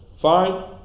fine